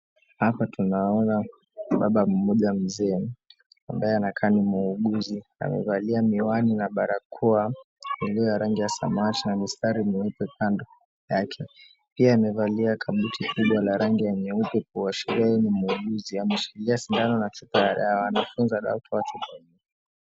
Hapa tunaona baba mmoja mzee ambaye anakaa ni muuguzi. Amevalia miwani na barakoa iliyo ya rangi ya samawati na mistari meupe kando, yake. Pia amevalia kabuti kubwa la rangi ya nyeupe kuashiria yeye ni muuguzi. Ameshikilia sindano na chupa ya dawa anayofyonza dawa kutoka chupa.